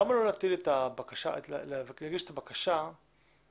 למה לא להגיש את הבקשה לפני